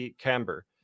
Camber